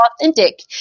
authentic